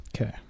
Okay